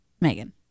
Megan